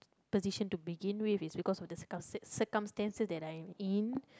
position to begin with is because of the circumstances that I'm in